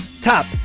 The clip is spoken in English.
Top